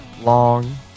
long